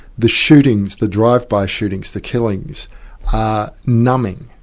the shootings, the drive-by shootings, the killings are numbing,